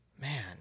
man